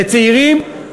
לצעירים,